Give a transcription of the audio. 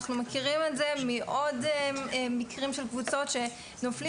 אנחנו מכירים זאת מעוד מקרים של קבוצות שנופלים